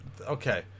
Okay